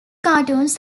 cartoons